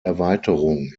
erweiterung